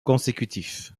consécutif